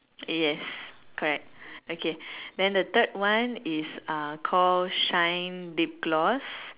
yes correct okay then the third one is uh call shine lip gloss